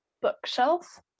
bookshelf